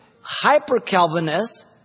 hyper-Calvinist